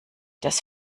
das